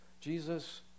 Jesus